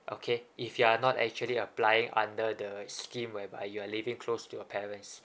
okay if you are not actually applying under the scheme whereby you are living close to your parents